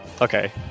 Okay